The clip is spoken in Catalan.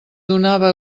donava